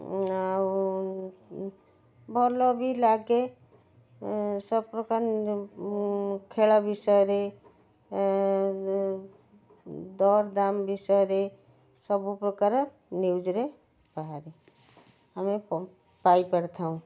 ଆଉ ଭଲ ବି ଲାଗେ ସବୁ ପ୍ରକାର ଖେଳ ବିଷୟରେ ଦରଦାମ ବିଷୟରେ ସବୁ ପ୍ରକାର ନିୟୁଜରେ ବାହାରେ ଆମେ ପାଇ ପାରିଥାଉ